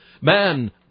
Man